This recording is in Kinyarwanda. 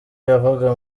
yavaga